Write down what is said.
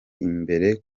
imbere